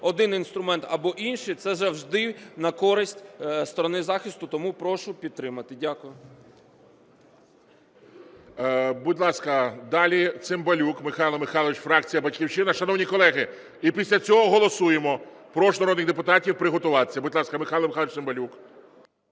один інструмент, або інший, це завжди на користь сторони захисту. Тому прошу підтримати. Дякую.